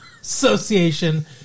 Association